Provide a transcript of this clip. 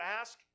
ask